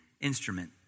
instrument